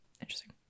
interesting